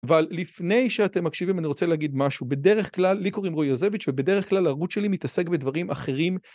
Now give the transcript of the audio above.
אבל לפני שאתם מקשיבים אני רוצה להגיד משהו, בדרך כלל- לי קוראים רועי יוזביץ', ובדרך כלל הערוץ שלי מתעסק בדברים אחרים,